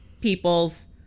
peoples